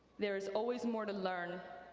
there is always more to learn,